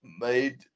made